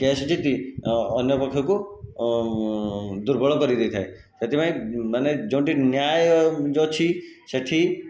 case ଜିତି ଅନ୍ୟ ପକ୍ଷକୁ ଦୁର୍ବଳ କରିଦେଇଥାଏ ସେଥିପାଇଁ ମାନେ ଯୋଉଁଠି ନ୍ୟାୟ ଅଛି ସେଇଠି